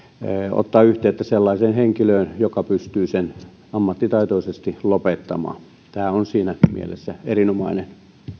ottaa yhteyttä sellaiseen henkilöön joka pystyy sen ammattitaitoisesti lopettamaan tämä on siinäkin mielessä erinomainen